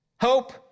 Hope